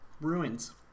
ruins